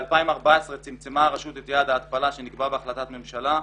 ב-2014 צמצמה הרשות את יעד ההתפלה שנקבע בהחלטת ממשלה,